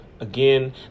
Again